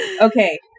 Okay